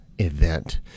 Event